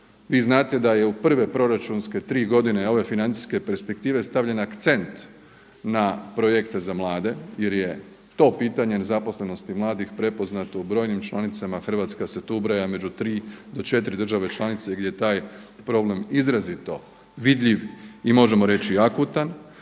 Vi znate da je u prve proračunske tri godine ove financijske perspektive stavljen akcent na projekte za mlade jer je to pitanje nezaposlenosti mladih prepoznato u brojnim članicama, a Hrvatska se tu ubraja među tri do četiri države članice gdje je taj problem izrazito vidljiv i možemo reći akutan.